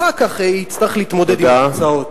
אחר כך יצטרך להתמודד עם התוצאות.